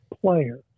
player